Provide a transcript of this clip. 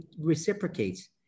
reciprocates